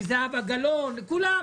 זהבה גלאון וכולם,